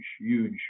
huge